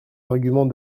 arguments